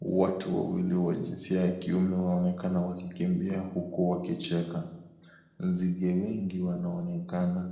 Watu wawili wa jinsia ya kiume waonekana wakikimbia huku wakicheka, nzige wengi wanaonekana,